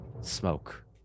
smoke